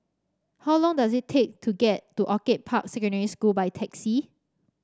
how long does it take to get to Orchid Park Secondary School by taxi